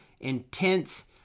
intense